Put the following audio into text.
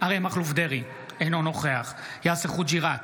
אריה מכלוף דרעי, אינו נוכח יאסר חוג'יראת,